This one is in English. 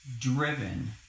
driven